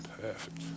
Perfect